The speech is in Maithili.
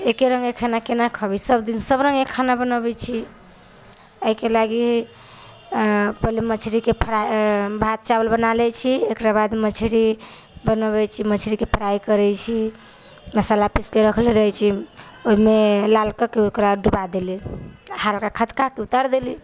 एक्के रङ्गके खेनाइ केना खेबै सभ दिन सभ रङ्गके खाना बनबै छी अहिके लगि पहिले मछलीके फ्राइ भात चावल बना लै छी एकरे बाद मछली बनबै छी मछलीके फ्राइ करै छी मस्सला पिसिके रखले रहै छी ओहिमे लाल कए कऽ ओकरा डुबाइ देलियै हल्का खदकाके उतारि देलियै